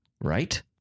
Right